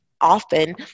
Often